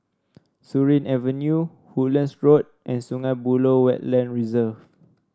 Surin Avenue Woodlands Road and Sungei Buloh Wetland Reserve